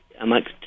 amongst